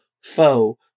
foe